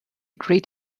great